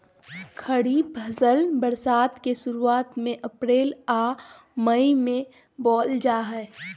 खरीफ फसल बरसात के शुरुआत में अप्रैल आ मई महीना में बोअल जा हइ